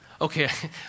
okay